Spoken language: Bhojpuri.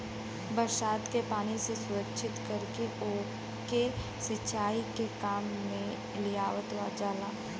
बरसात के पानी से संरक्षित करके ओके के सिंचाई के काम में लियावल जाला